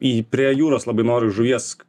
į prie jūros labai noriu žuvies